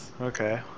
okay